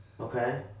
Okay